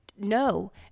No